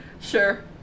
sure